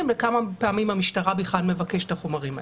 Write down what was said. לכמה פעמים המשטרה בכלל מבקשת את החומרים האלה.